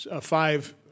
five